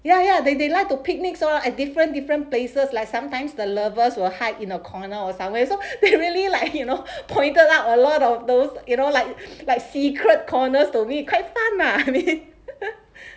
ya ya they they like to picnics or a different different places like sometimes the lovers will hide in a corner or somewhere so it really like you know pointed out a lot of those you know like like secret corners to me you quite fun lah I mean